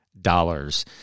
dollars